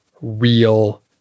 real